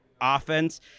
offense